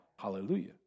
Hallelujah